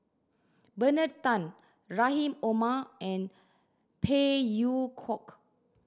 Bernard Tan Rahim Omar and Phey Yew Kok